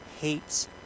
hates